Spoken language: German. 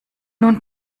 nun